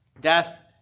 Death